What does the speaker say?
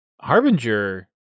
Harbinger